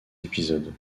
épisodes